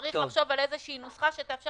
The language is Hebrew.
צריך לחשוב על איזושהי נוסחה שתאפשר